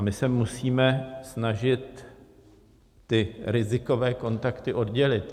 My se musíme snažit ty rizikové kontakty oddělit.